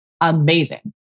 amazing